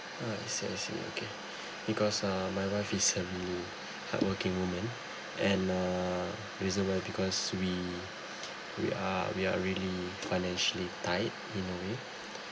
alright I see I see okay because uh my wife is a really hardworking woman and uh recently because we we are we are really financially tight